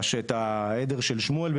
את העדר של שמואל,